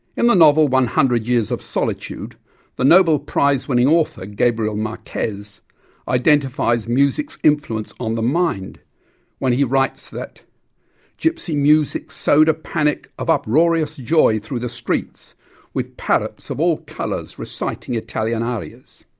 in the novel one hundred years of solitude the nobel prize winning author gabriel marquez identifies music's influence on the mind when he writes that gypsy music sowed a panic of uproarious joy through the streets with parrots of all colours reciting italian arias.